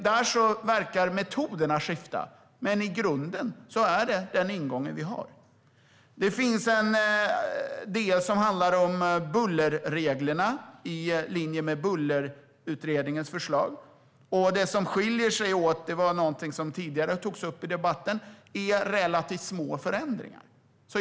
Där verkar metoderna skifta, men i grunden är det den ingången vi har. Det finns en del som handlar om bullerreglerna i linje med Bullersamordningsutredningens förslag. Det som skiljer är, som togs upp tidigare i debatten, relativt små förändringar.